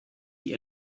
die